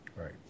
Right